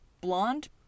blonde